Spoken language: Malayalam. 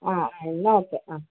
ആ എന്നാൽ ഓക്കേ ആ